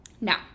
now